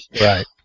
Right